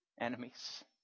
enemies